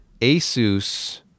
ASUS